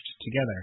together